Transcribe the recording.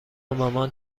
مامان